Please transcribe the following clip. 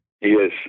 Yes